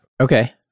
Okay